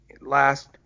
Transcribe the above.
last